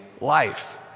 life